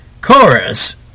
Chorus